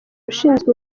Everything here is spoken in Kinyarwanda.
ushinzwe